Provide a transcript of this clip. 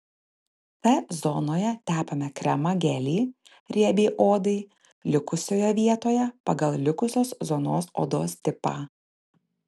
t zonoje tepame kremą gelį riebiai odai likusioje vietoje pagal likusios zonos odos tipą